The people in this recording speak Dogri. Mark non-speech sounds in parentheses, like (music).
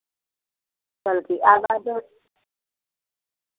चलो ठीक ऐ ऐतबार (unintelligible)